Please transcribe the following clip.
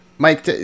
Mike